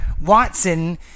Watson